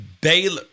Baylor